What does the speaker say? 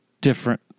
different